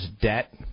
debt